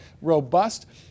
robust